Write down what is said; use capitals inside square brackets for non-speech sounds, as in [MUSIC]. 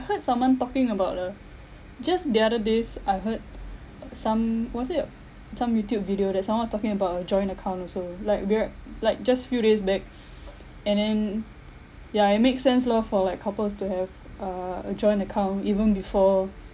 heard someone talking about uh just the other days I heard [NOISE] some was it a some youtube video that someone is talking about a joint account also like weird like just few days back and then ya it makes sense lor for like couples to have uh a joint account even before